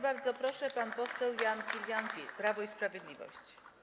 Bardzo proszę, pan poseł Jan Kilian, Prawo i Sprawiedliwość.